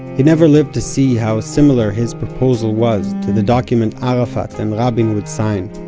he never lived to see how similar his proposal was to the document arafat and rabin would sign,